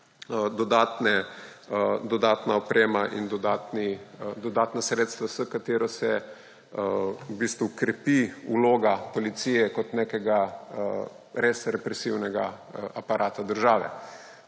dodatna oprema in dodatna sredstva, s katero se v bistvu krepi vloga policije kot nekega res represivnega aparata države.